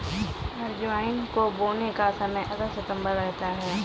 अजवाइन को बोने का समय अगस्त सितंबर रहता है